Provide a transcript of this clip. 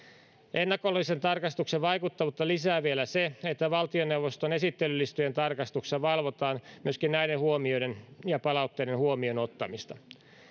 ennakollisen tarkastuksen vaikuttavuutta lisää vielä se että valtioneuvoston esittelylistojen tarkastuksessa valvotaan myöskin näiden huomioiden ja palautteiden huomioonottamista